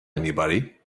anybody